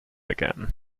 again